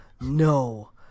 No